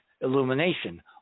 Illumination